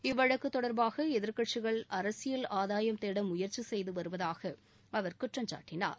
இவ்வழக்கு தொடா்பாக எதிா்க்கட்சிகள் அரசியல் ஆதாயம் தேட முயற்சி செய்து வருவதாக அவா் குற்றம் சாட்டினார்